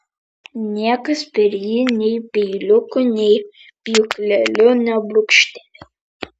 niekas per jį nei peiliuku nei pjūkleliu nebrūkštelėjo